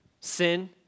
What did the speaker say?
sin